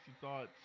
thoughts